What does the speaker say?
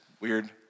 weird